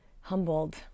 humbled